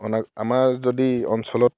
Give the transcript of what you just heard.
অনা আমাৰ যদি অঞ্চলত